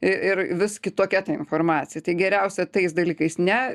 i ir vis kitokia ta informacija tai geriausia tais dalykais ne